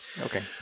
Okay